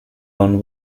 own